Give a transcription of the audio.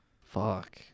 Fuck